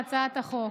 הצעת החוק